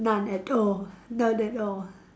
none at all none at all